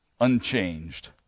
unchanged